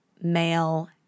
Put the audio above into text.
male